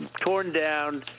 torn down,